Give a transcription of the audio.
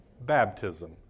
baptism